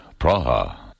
Praha